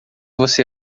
você